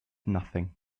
nothing